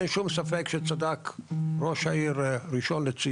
אין שום ספק שצדק ראש העיר ראשון-לציון,